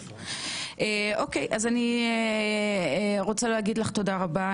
אני רוצה להגיד לך תודה רבה,